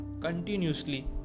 continuously